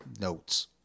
notes